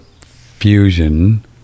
fusion